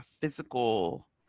physical